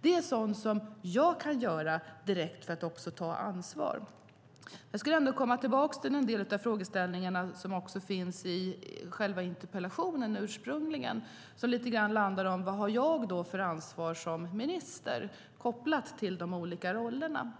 Det är sådant som jag kan göra direkt för att ta ansvar. Jag skulle vilja komma tillbaka till en del av frågeställningarna i interpellationen. Vad har jag för ansvar som minister kopplat till de olika rollerna?